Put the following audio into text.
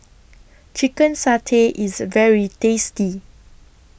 Chicken Satay IS very tasty